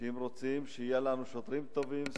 אם רוצים שיהיו לנו שוטרים טובים,